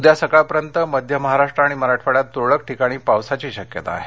उद्या सकाळपर्यंत मध्य महाराष्ट्र आणि मराठवाड्यात तूरळक ठिकाणी पावसाची शक्यता आहे